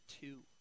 two